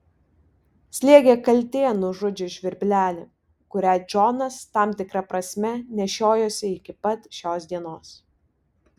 slėgė kaltė nužudžius žvirblelį kurią džonas tam tikra prasme nešiojosi iki pat šios dienos